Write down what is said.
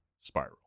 spiral